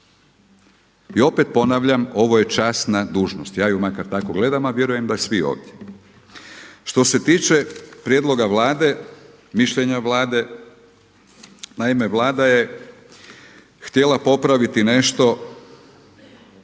I opet ponavljam, ovo je časna dužnost ja ju makar tako gledam, a vjerujem da i svi ovdje. Što se tiče prijedloga Vlade, mišljenja Vlade naime Vlada je htjela popraviti nešto